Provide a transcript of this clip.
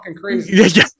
crazy